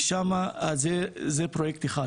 זה פרויקט אחד.